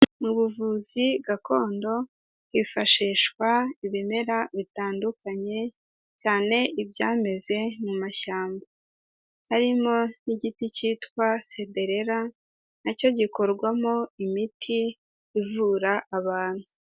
Mu buvuzi gakondo hifashishwa ibimera bitandukanye, cyane ibyameze mu mashyamba, harimo n'igiti cyitwa cederera na cyo gikorwamo imiti ivura abantu.